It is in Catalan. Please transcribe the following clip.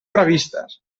previstes